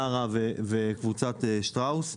טרה וקבוצת שטראוס.